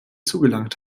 zugelangt